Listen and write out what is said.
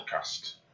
podcast